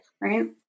right